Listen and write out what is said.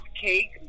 cake